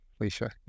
Alicia